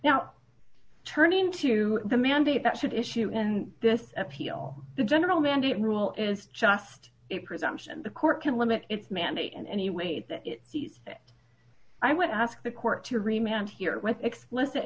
now turning to the mandate that should issue in this appeal the general mandate rule is just a presumption the court can limit its mandate in any way to these i would ask the court to remain here with explicit